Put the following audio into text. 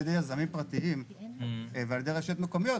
ידי יזמים פרטיים ועל ידי רשויות מקומיות,